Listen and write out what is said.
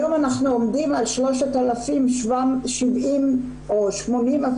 היום אנחנו עומדים על 3,770 פניות.